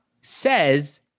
says